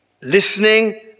Listening